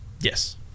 yes